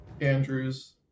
Andrews